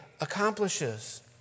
accomplishes